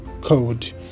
code